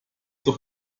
doch